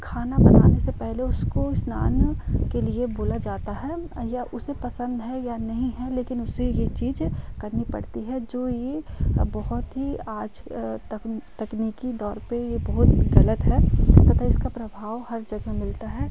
खाना बनाने से पहले उसको स्नान के लिए बोला जाता है या उसे पसंद है या नहीं है लेकिन उसे ये चीज़ करनी पड़ती है जो कि बहुत ही आज तकनी तकनीकी दौर पर ये बहुत ग़लत है तथा इसका प्रभाव हर जगह मिलता है